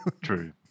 True